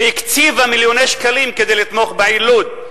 והקציבה מיליוני שקלים כדי לתמוך בעיר לוד.